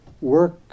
work